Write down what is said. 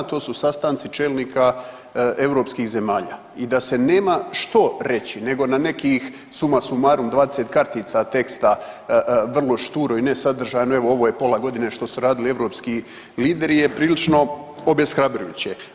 To su sastanci čelnika europskih zemalja i da se nema što reći, nego na nekih suma sumarum 20 kartica teksta vrlo šturo i nesadržajno evo ovo je pola godine što su radili europski lideri je prilično obeshrabrujuće.